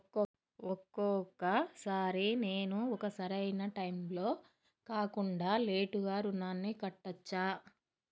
ఒక్కొక సారి నేను ఒక సరైనా టైంలో కాకుండా లేటుగా రుణాన్ని కట్టచ్చా?